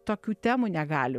tokių temų negali